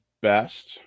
best